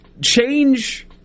Change